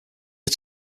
are